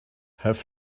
have